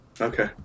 Okay